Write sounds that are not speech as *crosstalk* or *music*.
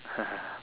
*laughs*